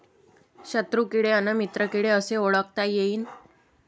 शत्रु किडे अन मित्र किडे कसे ओळखता येईन?